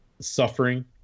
suffering